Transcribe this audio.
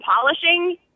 polishing